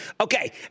Okay